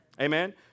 Amen